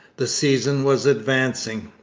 the season was advancing.